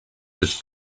with